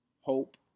hope